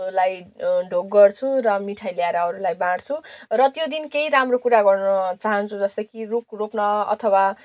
लाई ढोग गर्छु र मिठाई ल्याएर अरूलाई बाँड्छु र त्यो दिन केही राम्रो कुरा गर्न चाहन्छु जस्तो रुख रोप्न अथवा